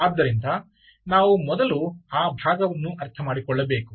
ಆದ್ದರಿಂದ ನಾವು ಮೊದಲು ಆ ಭಾಗವನ್ನು ಅರ್ಥಮಾಡಿಕೊಳ್ಳಬೇಕು